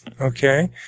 Okay